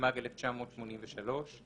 התשמ"ג 1983.";